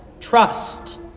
trust